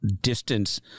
distance